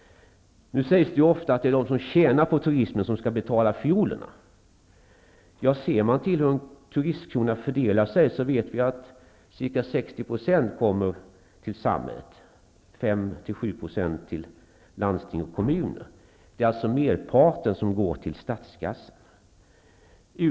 Det sägs ofta att det är de som tjänar på turismen som skall stå för fiolerna. Ja, ser man till hur turistkronorna fördelas finner man att ca 60 % går till samhället och 5--7 % till landsting och kommuner. Merparten går alltså till statskassan.